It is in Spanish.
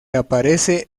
aparece